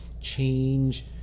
change